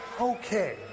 okay